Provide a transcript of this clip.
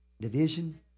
division